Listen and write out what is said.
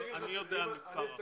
אני יודע על מספר אחר.